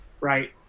right